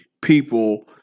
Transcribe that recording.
people